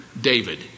David